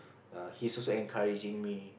err he's also encouraging me